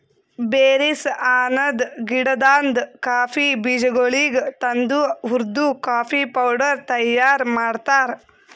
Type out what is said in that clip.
berries ಅನದ್ ಗಿಡದಾಂದ್ coffee ಬೀಜಗೊಳಿಗ್ ತಂದು ಹುರ್ದು ಕಾಫಿ ಪೌಡರ್ ತೈಯಾರ್ ಮಾಡ್ತಾರ್